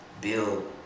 build